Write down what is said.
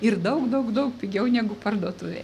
ir daug daug daug pigiau negu parduotuvėje